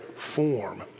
Form